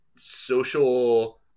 social